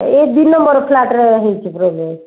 ଏହି ଦୁଇ ନମ୍ବର୍ ଫ୍ଲାଟ୍ରେ ହେଇଛି ପ୍ରୋବ୍ଲେମ୍